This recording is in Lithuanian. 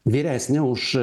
vyresnė už